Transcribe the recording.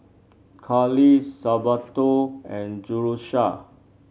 Carley Salvatore and Jerusha